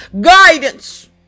guidance